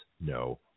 no